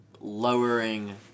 lowering